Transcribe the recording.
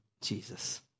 Jesus